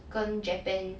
跟 japan